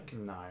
No